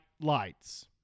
Lights